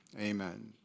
Amen